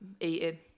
Eating